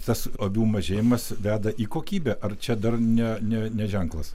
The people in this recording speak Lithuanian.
tas avių mažėjimas veda į kokybę ar čia dar ne ne ne ženklas